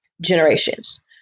generations